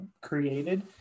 created